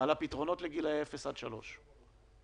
בתחושה של חוסר ניהול של כל המשבר הזה.